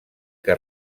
que